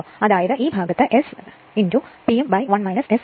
അതായത് ഈ ഭാഗത്തു S P m 1 S എന്ന് ആയിരിക്കും